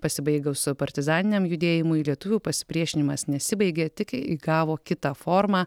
pasibaigus partizaniniam judėjimui lietuvių pasipriešinimas nesibaigė tik įgavo kitą formą